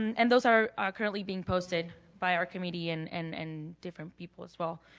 and those are ah currently being posted by our committee and and and different people as well.